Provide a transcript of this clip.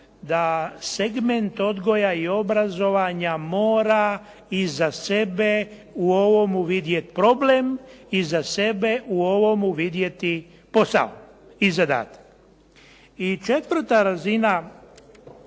da segment odgoja i obrazovanja mora iza sebe u ovomu vidjeti problem i iza sebe u ovomu vidjeti posao i zadatak. I četvrta razina,